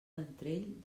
ventrell